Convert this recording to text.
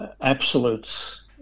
absolutes